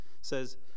says